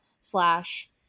slash